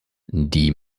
die